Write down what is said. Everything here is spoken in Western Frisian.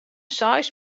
seis